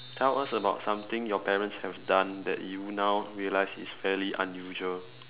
tell us about something your parents have done that you now realise is fairly unusual